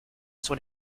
sur